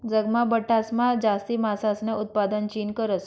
जगमा बठासमा जास्ती मासासनं उतपादन चीन करस